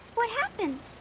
what happened?